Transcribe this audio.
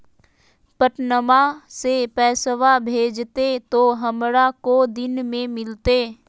पटनमा से पैसबा भेजते तो हमारा को दिन मे मिलते?